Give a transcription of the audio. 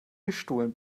gestohlen